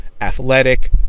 athletic